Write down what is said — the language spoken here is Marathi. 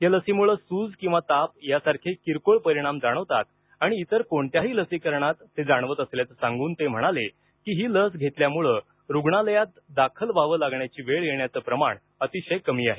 या लसीमुळं सूज किंवा ताप यांसारखे किरकोळ परिणाम जाणवतात आणि इतर कोणत्याही लसीकरणात ते जाणवत असल्याचं सांगून ते म्हणाले की ही लस घेतल्यामुळे रुग्णालयात दाखल व्हावं लागण्याची वेळ येण्याचं प्रमाण अतिशय कमी आहे